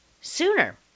sooner